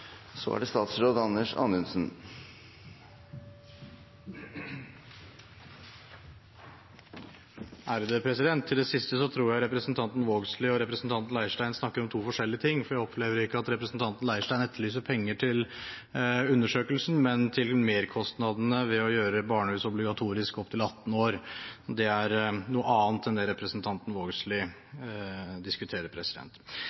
så mykje no – i det minste kan kome i statsbudsjettet for neste år. Presidenten vil minne om at innlegg skal adresseres til presidenten. Til det siste: Jeg tror representanten Vågslid og representanten Leirstein snakker om to forskjellige ting, for jeg opplever ikke at representanten Leirstein etterlyser penger til undersøkelsen, men til merkostnadene ved å gjøre barnehus obligatorisk opptil 18 år, og det er noe annet enn